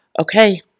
okay